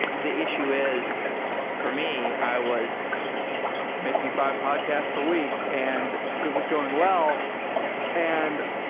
the issue is for me, i was making five podcasts per week and it was going wel and